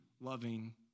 loving